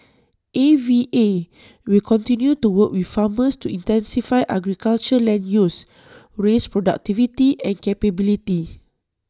A V A will continue to work with farmers to intensify agriculture land use raise productivity and capability